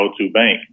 GoToBank